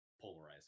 polarizing